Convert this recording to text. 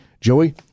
Joey